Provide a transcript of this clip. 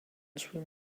swim